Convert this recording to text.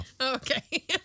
Okay